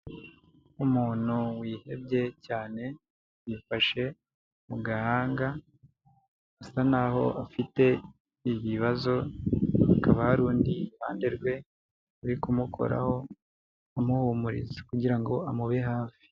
Umuntu wihebye cyane yifashe mu gahanga usa n'aho afite ibibazo, hakaba harundi iruhande rwe uri kumukoraho, amuhumuriza kugira ngo amube hafi.